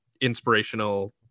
inspirational